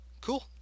Cool